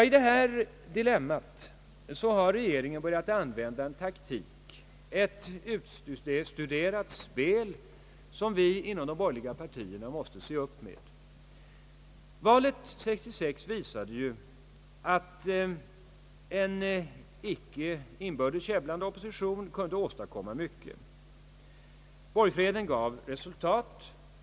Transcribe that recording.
I detta dilemma har regeringen börjat använda en taktik, ett utstuderat spel, som vi inom de borgerliga partierna måste se upp med. Valet 1966 visade att en icke inbördes käbblande opposition kunde åstadkomma mycket. Borgfreden gav resultat.